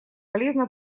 полезно